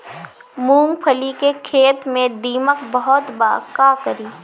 मूंगफली के खेत में दीमक बहुत बा का करी?